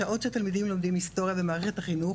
השעות שהילדים לומדים היסטוריה במערכת החינוך,